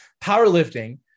powerlifting